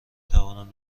توانم